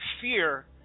fear